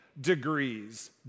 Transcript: degrees